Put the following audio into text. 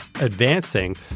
advancing